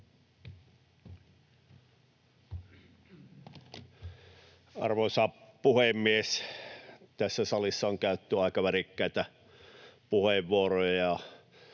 Arvoisa puhemies! Tässä salissa on käytetty aika värikkäitä puheenvuoroja